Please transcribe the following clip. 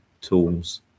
tools